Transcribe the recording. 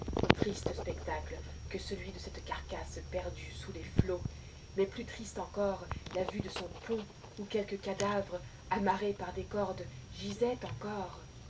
triste spectacle que celui de cette carcasse perdue sous les flots mais plus triste encore la vue de son pont où quelques cadavres amarrés par des cordes gisaient encore